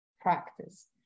practice